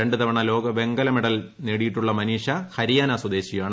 രണ്ടുതവണ ലോക വെങ്കലമേഡൽ നേടിയി ട്ടുള്ള മനീഷ ഹരിയാന സ്വദേശിയാണ്